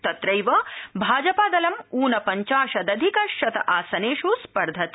तत्रैव भाजपादलं उनपंचाशदधिकशत आसनेष् स्पर्धते